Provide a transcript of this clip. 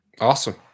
Awesome